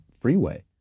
freeway